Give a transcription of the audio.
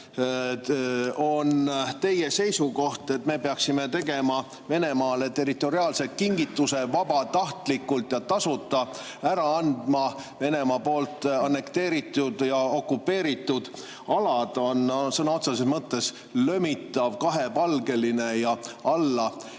on teie seisukoht, et me peaksime tegema Venemaale territoriaalse kingituse, vabatahtlikult ja tasuta ära andma Venemaa poolt annekteeritud ja okupeeritud alad, sõna otseses mõttes lömitav, kahepalgeline ja